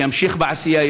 שימשיך בעשייה,